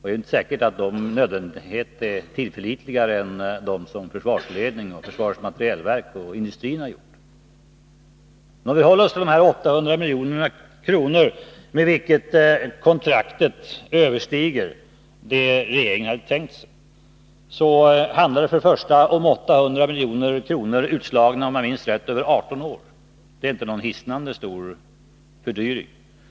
De är inte med nödvändighet tillförlitligare än de beräkningar som försvarsledningen, försvarets materielverk och industrin har gjort. Om vi håller oss till de 800 miljoner med vilket belopp kontraktet överstiger det regeringen hade tänkt sig, så handlar det till att börja med om 800 miljoner utslagna, om jag minns rätt, över 18 år. Det är inte någon hisnande stor fördyring.